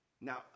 Now